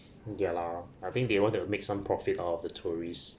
ya lah I think they want to make some profit out of the tourists